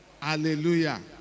Hallelujah